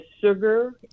sugar